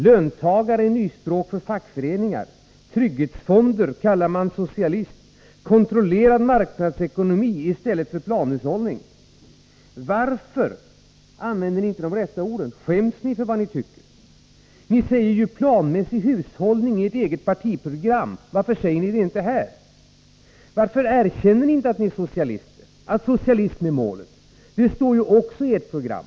Löntagare är nyspråk för fackföreningar, trygghetsfonder kallas för socialism, kontrollerad marknadsekonomi i stället för planhushållning. Varför använder ni inte de rätta orden? Skäms ni för era åsikter? Ni säger ju planmässig hushållning i ert eget partiprogram — varför säger ni inte det här? Varför erkänner ni inte att ni är socialister och att socialism är målet? Det står också i ert program.